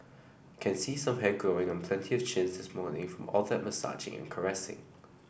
can see some hair growing on plenty of chins this morning in from all that massaging and caressing